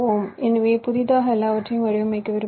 எனவே புதிதாக எல்லாவற்றையும் வடிவமைக்க விரும்புகிறோம்